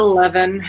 Eleven